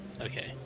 okay